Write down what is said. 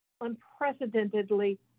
unprecedentedly